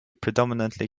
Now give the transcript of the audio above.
predominantly